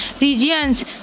regions